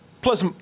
Plus